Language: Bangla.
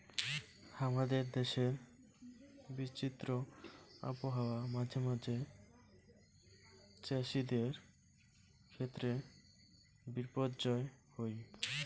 হামাদের দেশের বিচিত্র আবহাওয়া মাঝে মাঝে চ্যাসিদের ক্ষেত্রে বিপর্যয় হই